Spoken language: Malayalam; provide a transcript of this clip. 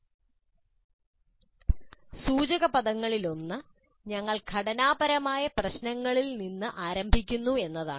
" സൂചകപദങ്ങളിലൊന്ന് ഞങ്ങൾ ഘടനാപരമായ പ്രശ്നങ്ങളിൽ നിന്ന് ആരംഭിക്കുന്നു എന്നതാണ്